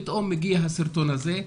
פתאום הגיע הסרטון הזה.